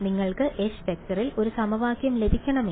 നിങ്ങൾക്ക് H→ ൽ ഒരു സമവാക്യം ലഭിക്കണമെങ്കിൽ